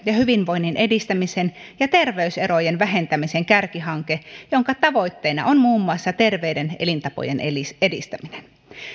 ja hyvinvoinnin edistämisen ja terveyserojen vähentämisen kärkihanke jonka tavoitteena on muun muassa terveiden elintapojen edistäminen